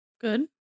Good